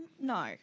No